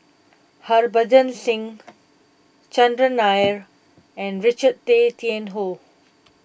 Harbans Singh Chandran Nair and Richard Tay Tian Hoe